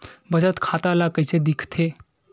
बचत खाता ला कइसे दिखथे?